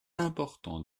important